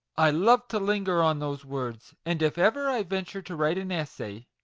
i love to linger on those words and if ever i venture to write an essay,